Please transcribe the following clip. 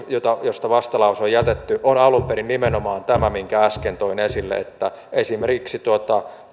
josta vastalause on jätetty on alun perin nimenomaan tämä minkä äsken toin esille että esimerkiksi tällainen